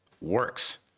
works